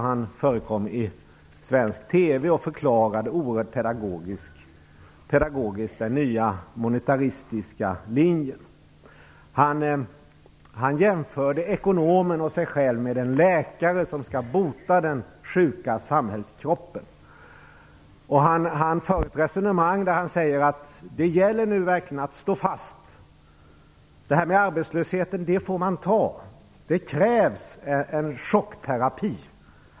Han förklarade i svensk TV på ett oerhört pedagogiskt sätt den nya monetaristiska linjen. Han jämför ekonomen och sig själv med en läkare som skall bota den sjuka samhällskroppen. Han för ett resonemang om detta och säger: Det gäller verkligen att stå fast. Det här med arbetslösheten får man ta. Det krävs en chockterapi.